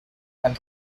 and